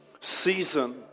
season